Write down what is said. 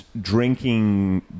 drinking